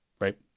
right